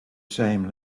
same